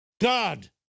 God